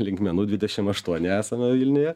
linkmenų dvidešim aštuoni esame vilniuje